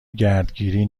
گردگیری